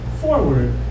forward